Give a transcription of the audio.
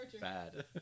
bad